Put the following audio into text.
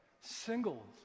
singles